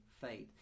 faith